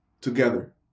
together